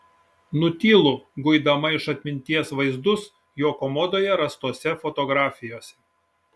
nutylu guidama iš atminties vaizdus jo komodoje rastose fotografijose